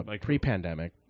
pre-pandemic